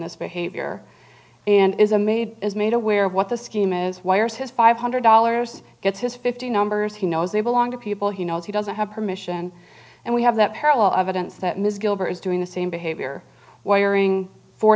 this behavior and is a maid is made aware of what the scheme is wires his five hundred dollars gets his fifty numbers he knows they belong to people he knows he doesn't have permission and we have that parallel evidence that ms gilbert is doing the same behavior wiring four